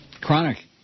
Chronic